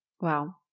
Wow